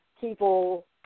people